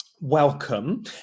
Welcome